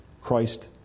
Christ